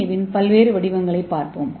ஏவின் பல்வேறு வடிவங்களைப் பார்ப்போம்